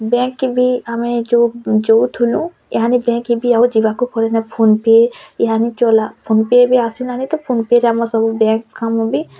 bank କେ ବି ଆମେ ଯୋଉ ଯାଉଥିଲୁ ଏହାନି ବ୍ୟାଙ୍କ୍ ବି ଯିବାକୁ ପଡ଼େନା ଫୋନ୍ ପେ ଏହାନି ଚଲା ଫୋନ୍ ପେ ବି ଆସିଲାଣି ତ ଫୋନ୍ ପେ ରେ ଆମର ସବୁ ବ୍ୟାଙ୍କ୍ କାମ ବି